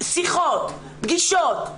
שיחות ופגישות,